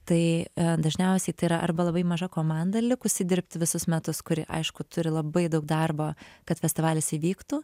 tai dažniausiai tai yra arba labai maža komanda likusi dirbti visus metus kuri aišku turi labai daug darbo kad festivalis įvyktų